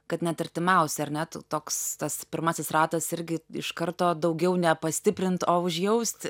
kad net artimiausi ar net toks tas pirmasis ratas irgi iš karto daugiau ne pastiprint o užjausti